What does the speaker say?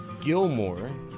Gilmore